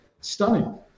stunning